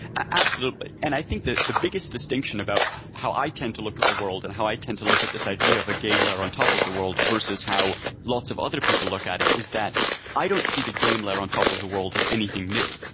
absolutely. and i think the the biggest distinction about how i tend to look at the world and how i tend to look at this idea of a game layer on top of the world versus how lots of other people look at it, is that i don't see the game layer on top of the world as anything anything new,